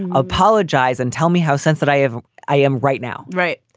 and apologize and tell me how sensitive i am right now right.